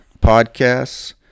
podcasts